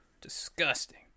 disgusting